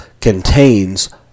contains